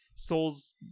Souls